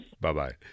Bye-bye